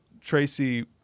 tracy